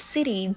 City